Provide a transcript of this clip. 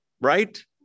right